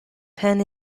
pen